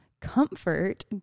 comfort